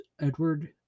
edward